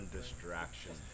Distraction